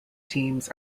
teams